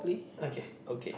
okay